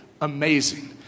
amazing